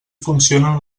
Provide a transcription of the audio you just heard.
funcionen